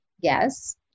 Yes